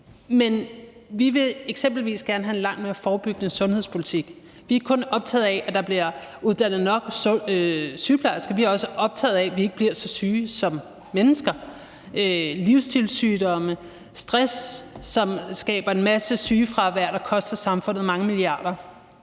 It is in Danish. Men vi vil eksempelvis gerne have en langt mere forebyggende sundhedspolitik. Vi er ikke kun optaget af, at der bliver uddannet nok sygeplejersker, men vi er også optaget af, at man som mennesker ikke bliver syge, altså livstilssygdomme, stress, som skaber en masse sygefravær, der koster samfundet mange milliarder.